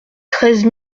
treize